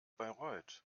bayreuth